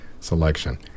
selection